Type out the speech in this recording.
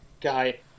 guy